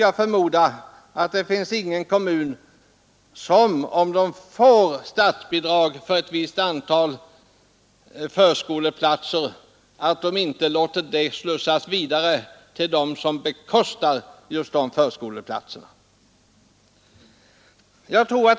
Jag förmodar att det inte finns någon kommun som, om statsbidrag lämnas för ett visst antal förskoleplatser, inte låter detta bidrag slussas vidare till dem som bekostar förskoleplatserna.